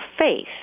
faith